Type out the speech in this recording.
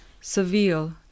Seville